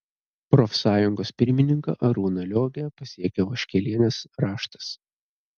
profsąjungos pirmininką arūną liogę pasiekė vaškelienės raštas